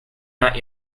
not